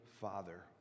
father